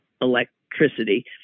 electricity